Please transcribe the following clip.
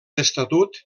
estatut